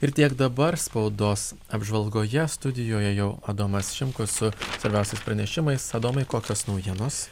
ir tiek dabar spaudos apžvalgoje studijoje jau adomas šimkus su svarbiausiais pranešimais adomai kokios naujienos